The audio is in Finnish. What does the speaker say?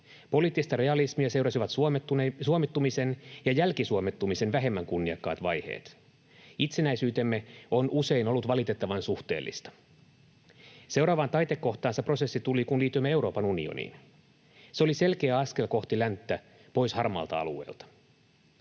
Poliittista realismia seurasivat suomettumisen ja jälkisuomettumisen vähemmän kunniakkaat vaiheet. Itsenäisyytemme on usein ollut valitettavan suhteellista. Seuraavaan taitekohtaansa prosessi tuli, kun liityimme Euroopan unioniin. Se oli selkeä askel kohti länttä, pois harmaalta alueelta.